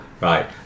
right